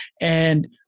And-